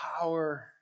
power